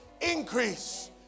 increase